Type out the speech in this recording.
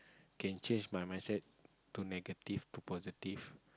can change my message to negative to positive